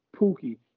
Pookie